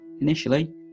initially